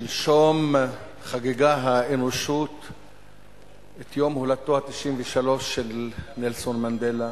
שלשום חגגה האנושות את יום הולדתו ה-93 של נלסון מנדלה,